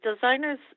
designers